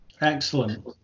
Excellent